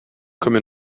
comme